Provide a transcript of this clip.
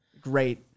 great